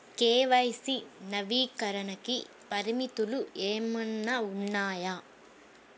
KYC నవీకరణకి పరిమితులు ఏమన్నా ఉన్నాయా?